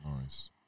Nice